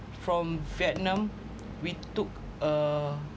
from vietnam we took uh